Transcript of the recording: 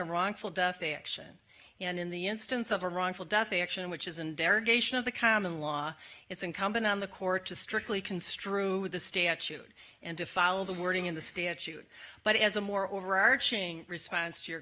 a wrongful death action and in the instance of a wrongful death action which is an derogation of the common law it's incumbent on the court to strictly construe the statute and to follow the wording in the statute but as a more overarching response to your